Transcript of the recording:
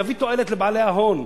זה יביא תועלת לבעלי ההון,